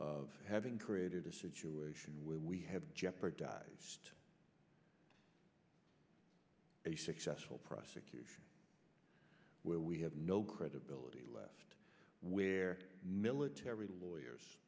of having created a situation where we have jeopardized a successful prosecution where we have no credibility left where military lawyers